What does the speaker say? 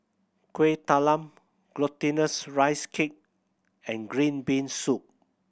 Kueh Talam Glutinous Rice Cake and green bean soup